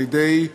לידי ארגון,